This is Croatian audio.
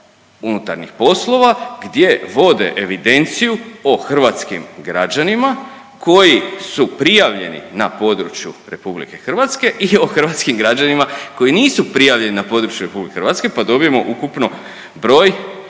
unutarnjih poslova gdje vode evidenciju o hrvatskim građanima koji su prijavljeni na području Republike Hrvatske i o hrvatskim građanima koji nisu prijavljeni na području Republike Hrvatske, pa dobijemo ukupno broj